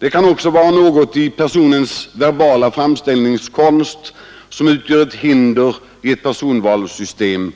Det kan också vara något i vederbörandes verbala framställningskonst som utgör hinder i ett personvalssystem,